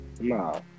no